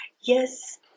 Yes